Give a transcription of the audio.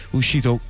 uscito